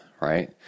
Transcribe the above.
Right